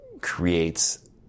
creates